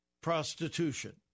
prostitution